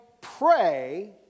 pray